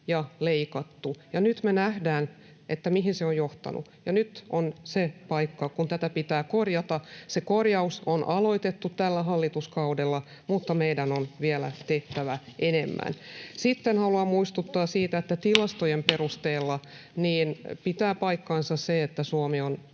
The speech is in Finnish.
ja leikattu. Nyt me nähdään, mihin se on johtanut, ja nyt on se paikka, kun tätä pitää korjata. Se korjaus on aloitettu tällä hallituskaudella, mutta meidän on tehtävä vielä enemmän. Sitten haluan muistuttaa siitä, että tilastojen perusteella pitää paikkansa se, että Suomi on